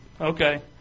Okay